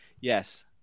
Yes